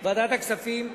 ועדת הכספים,